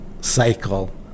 cycle